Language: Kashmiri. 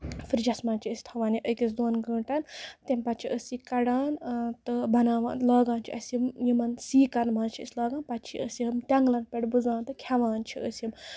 فرجَس منٛز چھِ أسۍ تھاوان یہِ أکِس دۄن گنٹَن تَمہِ پَتہٕ چھِ أسۍ یہِ کَڑان تہٕ بَناوان لاگان چھِ اَسہِ یہِ یِمن سیٖکَن منٛز چھِ أسۍ یہِ لاگان پَتہٕ چھِ أسۍ یہِ تینگلَن پٮ۪ٹھ بٔزان تہٕ کھٮ۪وان چھِ أسۍ یِم